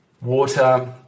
water